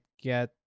Get